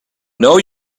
know